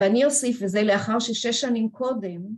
‫ואני אוסיף לזה, ‫לאחר שש שנים קודם...